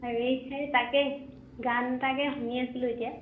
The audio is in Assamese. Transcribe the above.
হেৰি এই তাকে গান এটাকে শুনি আছিলোঁ এতিয়া